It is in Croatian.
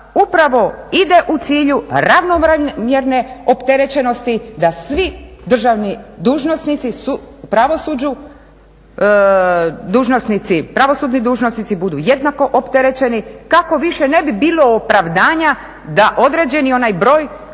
upravo ide u cilju ravnomjerne opterećenosti da svi državni dužnosnici u pravosuđu budu jednako opterećeni kako više ne bi bilo opravdanja da određeni onaj broj